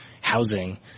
housing